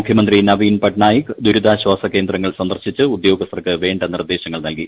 മുഖ്യമന്ത്രി നവീൻ പട് നായിക് ദുരിതാശ്വാസ കേന്ദ്രങ്ങൾ സന്ദർശിച്ച് ഉദ്യോഗസ്ഥർക്ക് വേണ്ട നിർദ്ദേശങ്ങൾ നൽകി